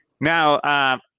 Now